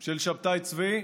של שבתאי צבי?